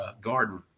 garden